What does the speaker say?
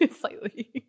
Slightly